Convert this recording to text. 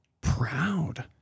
proud